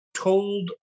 told